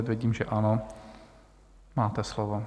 Vidím, že ano, máte slovo.